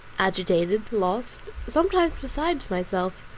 agitated, lost, sometimes beside myself,